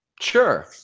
Sure